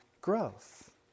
growth